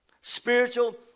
Spiritual